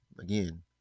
again